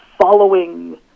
following